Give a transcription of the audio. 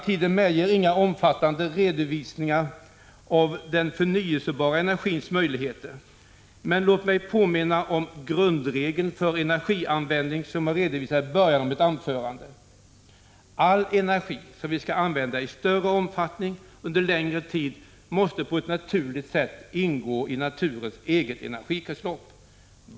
Tiden medger inga omfattande redovisningar av den förnyelsebara energins möjligheter, men låt mig påminna om grundregeln för energianvändning, som jag redovisade i början av mitt anförande: All energi som vi skall använda i större omfattning och under längre tid måste på ett naturligt sätt ingå i naturens eget energikretslopp.